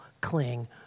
cling